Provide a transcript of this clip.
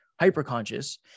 hyper-conscious